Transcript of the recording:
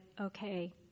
okay